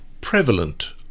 prevalent